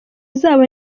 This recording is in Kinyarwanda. zabo